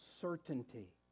certainty